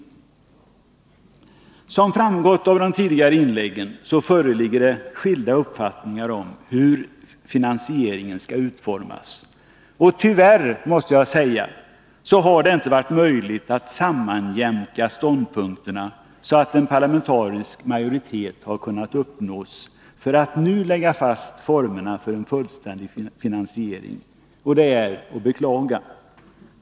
Såsom framgått av de tidigare inläggen föreligger skilda uppfattningar om hur finansieringen skall utformas. Tyvärr har det inte varit möjligt att sammanjämka ståndpunkterna, så att en parlamentarisk majoritet har kunnat uppnås för att nu lägga fast formerna för en fullständig finansiering. Det är att beklaga.